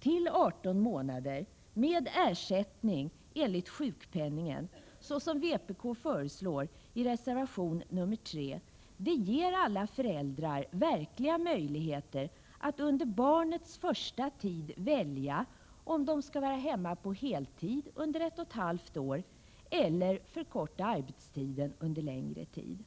till 18 månader med ersättning enligt sjukpenningen, såsom vpk föreslår i reservation 3, ger alla föräldrar verkliga möjligheter att under barnets första tid välja om de skall vara hemma på heltid under ett och ett halvt år eller förkorta arbetstiden under längre tid.